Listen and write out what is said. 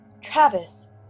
Travis